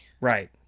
Right